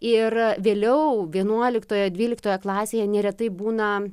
ir vėliau vienuoliktoje dvyliktoje klasėje neretai būna